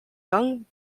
young